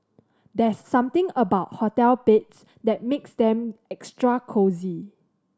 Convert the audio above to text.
there's something about hotel beds that makes them extra cosy